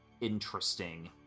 interesting